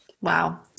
Wow